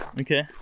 Okay